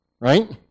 right